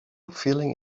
feeling